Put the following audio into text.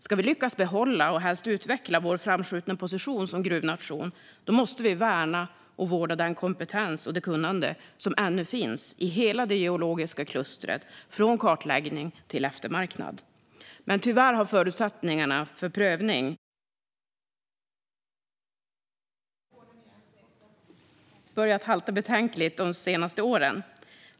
Ska vi lyckas behålla och helst utveckla vår framskjutna position som gruvnation måste vi värna och vårda den kompetens och det kunnande som ännu finns i hela det geologiska klustret från kartläggning till eftermarknad. Men tyvärr har förutsättningarna för tillståndsprövning av gruvverksamhet börjat halta betänkligt de senaste åren.